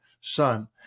son